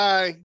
Bye